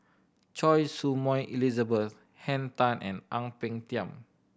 Choy Su Moi Elizabeth Henn Tan and Ang Peng Tiam